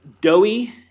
doughy